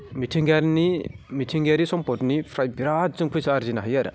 मिथिंगानि मिथिंगायारि सम्पदनिफ्राय बिरात जों फैसा आर्जिनो हायो आरो